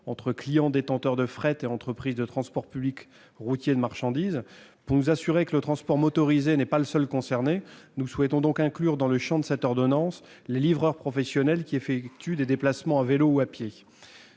entre clients détenteurs de fret et entreprises de transport public routier de marchandises. Pour nous assurer que le transport motorisé n'est pas le seul concerné, nous souhaitons inclure dans le champ de cette ordonnance les livreurs professionnels effectuant des déplacements à vélo ou à pied.